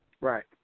Right